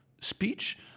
speech